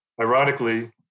Ironically